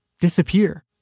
Disappear